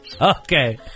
Okay